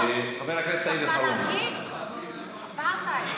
אכרם חסון, בבקשה.